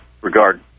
regard